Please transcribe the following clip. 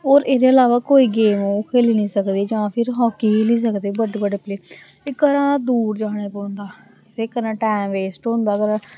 होर एह्दे अलावा कोई गेम ओह् खेली नी सकदे जां फिर हॉकी खेली सकदे बड्डे बड्डे प्लेयर ते घरा दूर जाने पौंदा ते कन्नै टैम वेस्ट होंदा